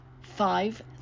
five